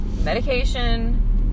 medication